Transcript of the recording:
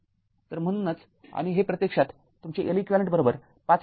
तर म्हणूनच आणि हे प्रत्यक्षात तुमचे Leq ५ हेनरी आहे